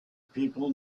people